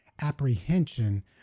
apprehension